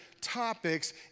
topics